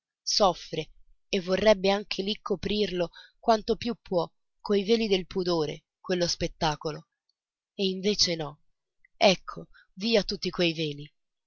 soffre e vorrebbe anche lì coprirlo quanto più può coi veli del pudore quello spettacolo e invece no ecco via tutti quei veli